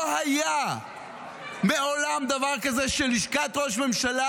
לא היה מעולם דבר כזה שלשכת ראש הממשלה